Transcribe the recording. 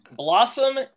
Blossom